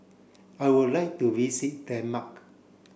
I would like to visit Denmark